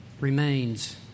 remains